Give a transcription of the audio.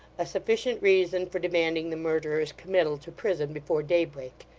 a sufficient reason for demanding the murderer's committal to prison before daybreak,